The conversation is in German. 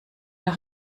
noch